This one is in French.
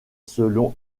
selon